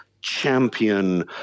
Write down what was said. champion